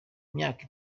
myaka